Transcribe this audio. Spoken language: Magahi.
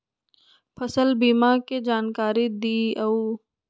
फसल बीमा के जानकारी दिअऊ?